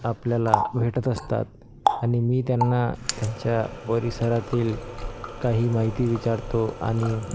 आपल्याला भेटत असतात आणि मी त्यांना त्यांच्या परिसरातील काही माहिती विचारतो आणि